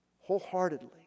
Wholeheartedly